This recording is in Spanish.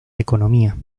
economía